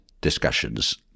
discussions